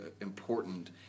important